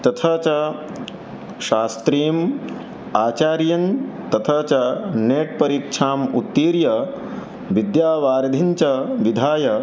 तथा च शास्त्रीम् आचार्यं तथा च नेट्परीक्षाम् उत्तीर्य विद्यावारिधिं च विधाय